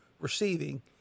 receiving